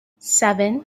seven